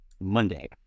Monday